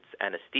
anesthesia